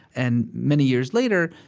and many years later,